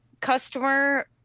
customer